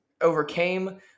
overcame